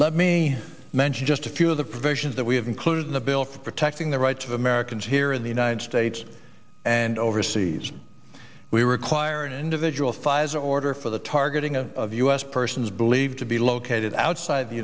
let me man just a few of the provisions that we have included in the bill for protecting the rights of americans here in the united states and overseas we require an individual pfizer order for the targeting of of u s persons believed to be located outside the